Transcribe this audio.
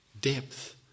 depth